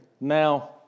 now